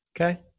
Okay